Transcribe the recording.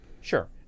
Sure